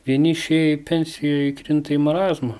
vieniši pensijoj įkrinta į marazmą